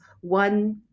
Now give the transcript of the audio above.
One-